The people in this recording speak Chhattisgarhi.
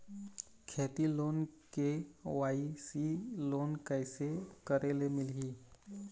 खेती लोन के.वाई.सी लोन कइसे करे ले मिलही?